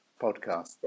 podcast